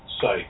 site